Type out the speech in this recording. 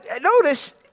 notice